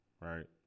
right